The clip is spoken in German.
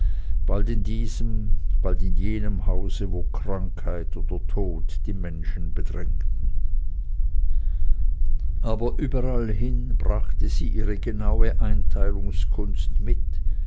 bald in diesem bald in jenem hause wo krankheit oder tod die menschen bedrängten aber überallhin brachte sie ihre genaue einteilungskunst mit